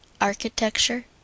architecture